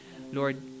Lord